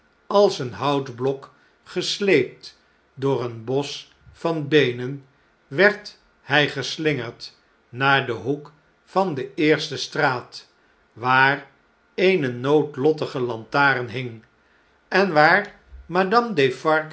als een houtblok gesleept door een bosch van beenen werd hfl geslingerd naar den hoek van de eerste straat waar eene noodlottige lantaren hing en waar